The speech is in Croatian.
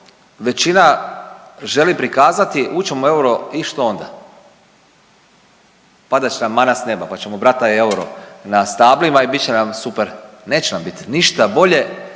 većina želi prikazati ućemo u euro i što onda? Pada će nam mana s nema pa ćemo brat taj euro na stablima i bit će nam super. Neće nam bit ništa bolje